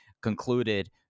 concluded